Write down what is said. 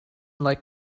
like